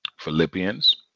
Philippians